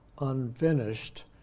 unfinished